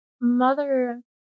mother